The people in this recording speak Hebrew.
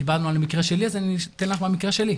דיברנו על המקרה שלי אז אני אתן לך מהמקרה שלי.